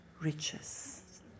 riches